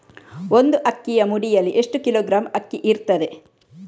ಒಂದು ಅಕ್ಕಿಯ ಮುಡಿಯಲ್ಲಿ ಎಷ್ಟು ಕಿಲೋಗ್ರಾಂ ಅಕ್ಕಿ ಇರ್ತದೆ?